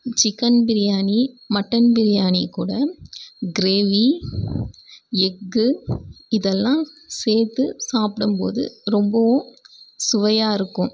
chicken biryani mutton biryani கூட gravy egg இதெல்லாம் சேர்த்து சாப்பிடும்போது ரொம்பவும் சுவையாக இருக்கும்